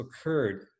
occurred